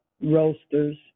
roasters